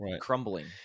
crumbling